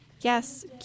Yes